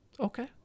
okay